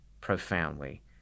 profoundly